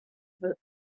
about